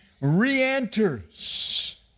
re-enters